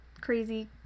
Crazy